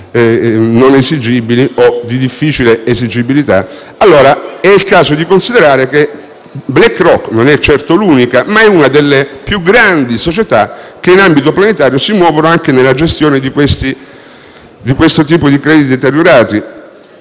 non esigibili o di difficile esigibilità. È il caso di considerare che BlackRock, sebbene non sia certamente l'unica, è una delle più grandi società che in ambito planetario si muovono anche nella gestione di questo tipo di crediti deteriorati.